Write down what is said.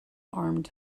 armed